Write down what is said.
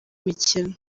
mikino